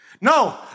No